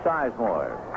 Sizemore